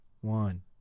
one